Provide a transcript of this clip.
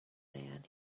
man